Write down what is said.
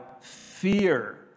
fear